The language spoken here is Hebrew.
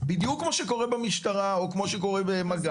בדיוק כמו שקורה במשטרה או כמו שקורה במג"ב,